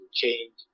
change